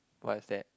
what's that